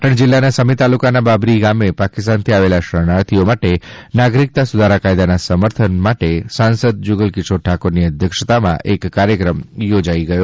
પાટણ જિલ્લાના સમી તાલુકાના બાબરી ગામે પાકિસ્તાનથી આવેલા શરણાર્થીઓ માટે નાગરિકતા સુધારા કાયદાના સમર્થન માટે સાંસદ જુગલકિશોર ઠાકોરની અધ્યક્ષતામાં એક કાર્યક્રમ યોજાયો હતો